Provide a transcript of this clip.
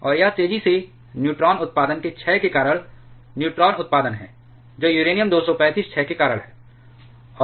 और यह तेजी से न्यूट्रॉन उत्पादन के क्षय के कारण न्यूट्रॉन उत्पादन है जो यूरेनियम 235 क्षय के कारण है